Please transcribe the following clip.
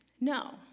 No